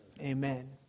Amen